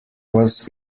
was